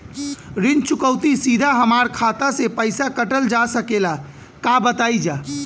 ऋण चुकौती सीधा हमार खाता से पैसा कटल जा सकेला का बताई जा?